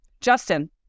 Justin